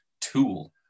tool